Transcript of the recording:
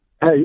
Hey